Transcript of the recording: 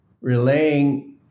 relaying